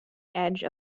edge